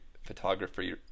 photography